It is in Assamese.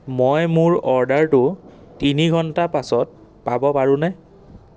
মই মোৰ অৰ্ডাৰটো তিনি ঘণ্টাৰ পাছত পাব পাৰোঁনে